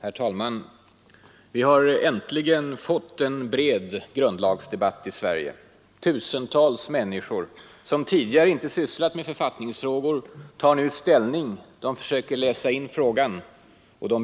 Herr talman! Vi har äntligen fått en bred grundlagsdebatt i Sverige. Tusentals människor som tidigare inte sysslat med författningsfrågor tar nu ställning, försöker läsa in frågan,